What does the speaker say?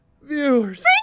viewers